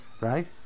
right